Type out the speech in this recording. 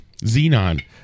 Xenon